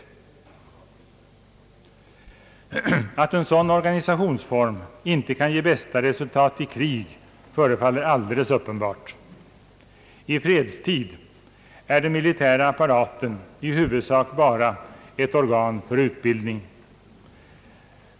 Att en sådan organisationsform inte kan ge bästa resultat i krig förefaller alldeles uppenbart. I fredstid är den militära apparaten i huvudsak bara ett organ för utbildning.